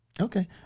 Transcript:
Okay